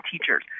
teachers